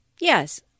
Yes